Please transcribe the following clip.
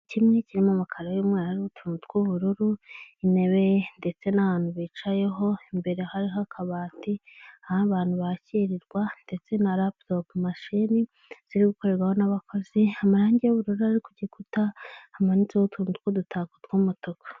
Kimwe kirimo amakaro y'umweru hariho utuntu tw'ubururu, intebe ndetse n'ahantu bicayeho imbere hariho akabati aho abantu bakirirwa ndetse na raputopu mashini ziri gukorerwaho n'abakozi, amarangi y'ubururu ari ku gikuta hamanitseho utuntu tw'udutako tw'umutuku.